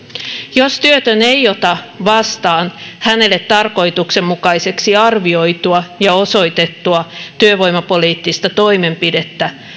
jos työtön ei ota vastaan hänelle tarkoituksenmukaiseksi arvioitua ja osoitettua työvoimapoliittista toimenpidettä